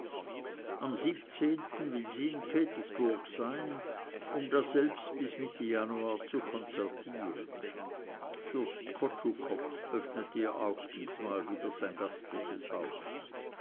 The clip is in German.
am will sie in petersburg sein um daselbst bis mitte januar zu konzertieren fürst kotschukoff öffnet ihr auch diesmal wieder sein gastliches haus